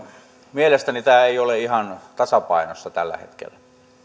mielestäni tämä ei ole ihan tasapainossa tällä hetkellä